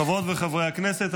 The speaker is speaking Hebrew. חברות וחברי הכנסת,